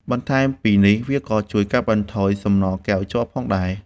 បន្ថែមពីនេះ វាក៏ជួយកាត់បន្ថយសំណល់កែវជ័រផងដែរ។